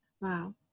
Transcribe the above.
wow